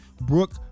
Brooke